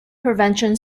prevention